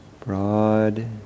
broad